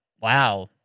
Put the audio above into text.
wow